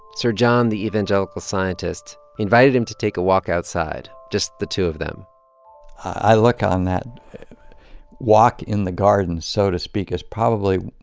sir john the evangelical scientist invited him to take a walk outside, just the two of them i look on that walk in the garden, so to speak, as probably